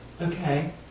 okay